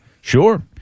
Sure